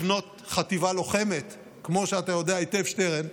חטיבה לוחמת, כמו שאתה יודע היטב, שטרן,